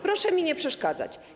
Proszę mi nie przeszkadzać.